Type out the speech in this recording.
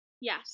Yes